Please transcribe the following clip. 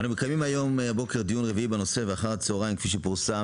אנו מקיימים הבוקר דיון רביעי בנושא ואחר הצוהריים כפי שפורסם